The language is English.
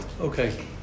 Okay